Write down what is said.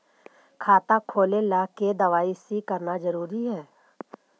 खाता खोले ला के दवाई सी करना जरूरी है?